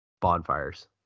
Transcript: bonfires